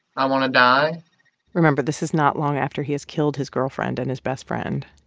i want to die remember, this is not long after he has killed his girlfriend and his best friend